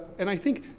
and i think,